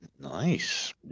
Nice